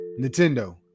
Nintendo